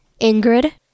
Ingrid